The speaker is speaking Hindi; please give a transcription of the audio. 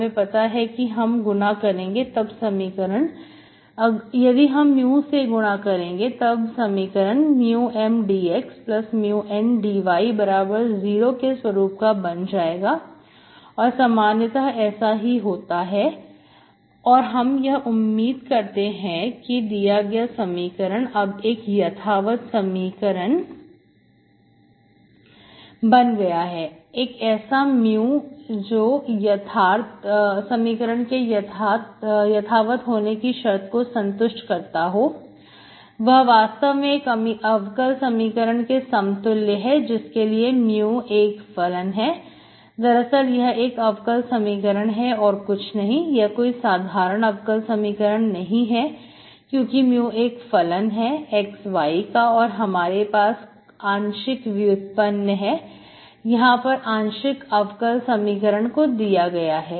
हमें पता है कि यदि हम करेंगे तब समीकरण μ Mdxμ N dy0 के स्वरूप का बन जाएगा समानता ऐसा ही होता है और हम यह उम्मीद करते हैं कि दिया गया समीकरण अब एक यथावत समीकरण बन गया है एक ऐसा mu जो यथा तक होने की शर्त को संतुष्ट करता हो वह वास्तव में एक अवकल समीकरण के समतुल्य है जिसके लिए mu एक फलन है दरअसल यह एक अवकल समीकरण है और कुछ नहीं यह कोई साधारण अवकल समीकरण नहीं है क्योंकि mu एक फलन है x y का और हमारे पास आंशिक व्युत्पन्न है यहां पर आंशिक अवकल समीकरण को दिया गया है